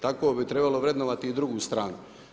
Tako bi trebalo vrednovati i drugu stranu.